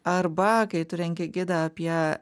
arba kai tu renki gidą apie